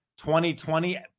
2020